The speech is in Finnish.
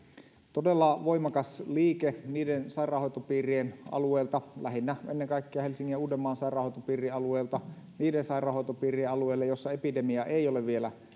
todella voimakas liike niiden sairaanhoitopiirien alueelta lähinnä ennen kaikkea helsingin ja uudenmaan sairaanhoitopiirin alueelta niiden sairaanhoitopiirien alueille joissa epidemia ei ole vielä